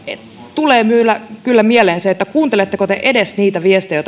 tulee kyllä mieleen se kuunteletteko te edes niitä viestejä